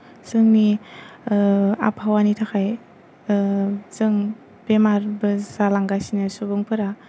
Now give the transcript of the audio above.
जोंनि आबहावानि थाखाय जों बेमारबो जालांगासिनो सुबुंफोरा